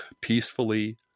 peacefully